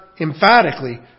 emphatically